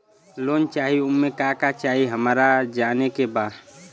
Loan चाही उमे का का चाही हमरा के जाने के बा?